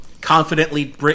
confidently